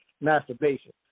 masturbation